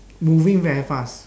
moving very fast